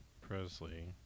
presley